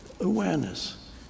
awareness